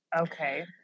Okay